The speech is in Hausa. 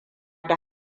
da